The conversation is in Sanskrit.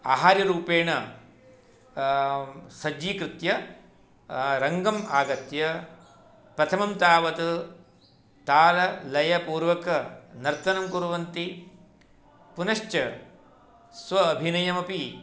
आहार्यरूपेण सज्जीकृत्य रङ्गम् आगत्य प्रथमं तावत् ताललयपूर्वकनर्तनं कुर्वन्ति पुनश्च स्व अभिनयमपि